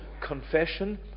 confession